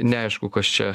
neaišku kas čia